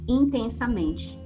intensamente